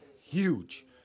Huge